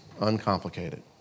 uncomplicated